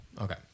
okay